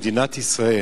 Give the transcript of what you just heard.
במדינת ישראל,